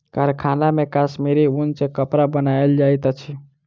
कारखाना मे कश्मीरी ऊन सॅ कपड़ा बनायल जाइत अछि